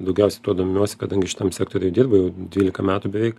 daugiausiai tuo domiuosi kadangi šitam sektoriuj dirbu dvylika metų beveik